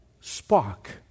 spark